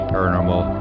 Paranormal